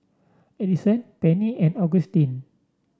Adison Penny and Augustin